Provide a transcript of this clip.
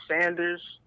Sanders